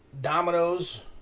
dominoes